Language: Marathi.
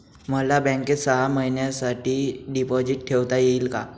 मला बँकेत सहा महिन्यांसाठी डिपॉझिट ठेवता येईल का?